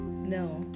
No